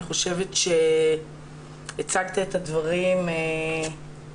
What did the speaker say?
אני חושבת שהצגת את הדברים מצוין,